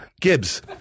Gibbs